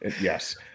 Yes